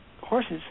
Horses